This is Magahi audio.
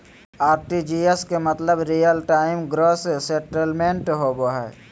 आर.टी.जी.एस के मतलब रियल टाइम ग्रॉस सेटलमेंट होबो हय